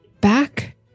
back